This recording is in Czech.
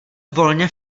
volně